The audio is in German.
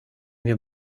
wir